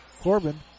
Corbin